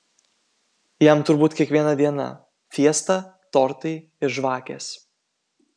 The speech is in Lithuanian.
jam turbūt kiekviena diena fiesta tortai ir žvakės